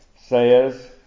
says